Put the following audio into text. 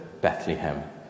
Bethlehem